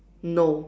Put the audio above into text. no